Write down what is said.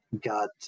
Got